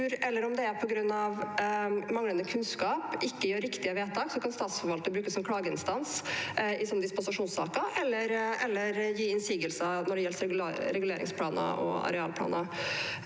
kultur eller på grunn av manglende kunnskap – ikke gjør riktige vedtak. Da kan statsforvalterne brukes som klageinstans i slike dispensasjonssa ker eller gi innsigelser når det gjelder reguleringsplaner og arealplaner.